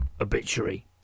obituary